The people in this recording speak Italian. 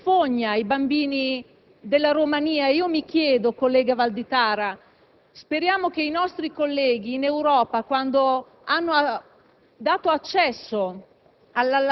Ma parliamo anche dei bambini di fogna, dei bambini della Romania. Senatore Valditara, speriamo che i nostri colleghi in Europa, quando hanno